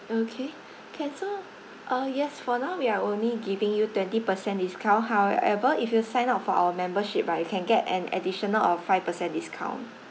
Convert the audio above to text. okay can so uh yes for now we are only giving you twenty per cent discount however if you sign up for our membership right you can get an additional of five per cent discount